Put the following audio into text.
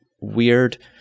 weird